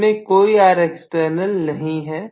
इसमें कोई Rext नहीं है